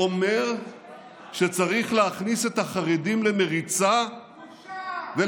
אומר שצריך להכניס את החרדים למריצה, בושה, בושה.